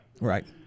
Right